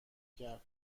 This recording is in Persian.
کرد